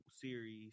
series